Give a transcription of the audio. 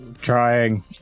trying